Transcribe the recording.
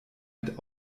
mit